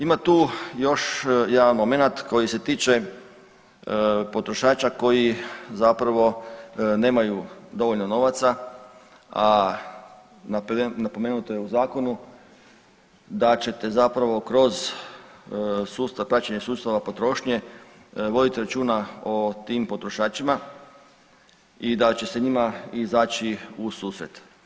Ima tu još jedan momenat koji se tiče potrošača koji zapravo nemaju dovoljno novaca, a napomenuto je u zakonu da ćete zapravo kroz sustav, praćenje sustava potrošnje vodit računa o tim potrošačima i da će se njima izaći u susret.